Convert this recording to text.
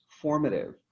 formative